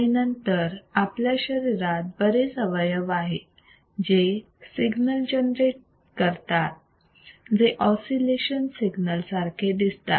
आणि नंतर आपल्या शरीरात बरेच अवयव आहेत जे सिग्नल जनरेट करतात जे ऑसिलेशन सिग्नल सारखे दिसतात